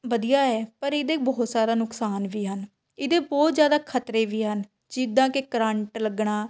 ਵਧੀਆ ਹੈ ਪਰ ਇਹਦੇ ਬਹੁਤ ਸਾਰਾ ਨੁਕਸਾਨ ਵੀ ਹਨ ਇਹਦੇ ਬਹੁਤ ਜ਼ਿਆਦਾ ਖਤਰੇ ਵੀ ਹਨ ਜਿੱਦਾਂ ਕਿ ਕਰੰਟ ਲੱਗਣਾ